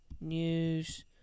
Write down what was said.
news